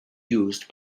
used